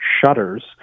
shutters